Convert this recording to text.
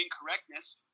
incorrectness